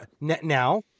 Now